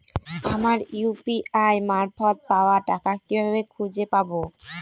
আমার ইউ.পি.আই মারফত পাওয়া টাকা কিভাবে খুঁজে পাব?